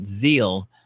zeal